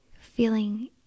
Feeling